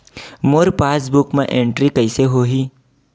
मोर passbook मा entry कइसे होही?